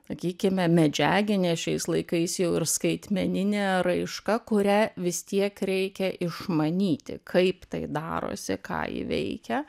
sakykime medžiaginė šiais laikais jau ir skaitmeninė ar raiška kurią vis tiek reikia išmanyti kaip tai darosi ką ji veikia